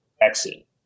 exit